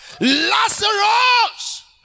Lazarus